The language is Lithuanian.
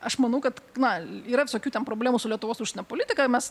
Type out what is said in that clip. aš manau kad na yra visokių ten problemų su lietuvos užsienio politika mes